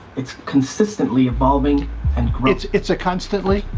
it's consistently evolving and growing. it's it's a constantly.